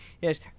Yes